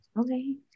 Okay